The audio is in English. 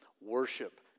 worship